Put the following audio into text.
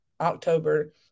October